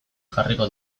jarriko